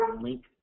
link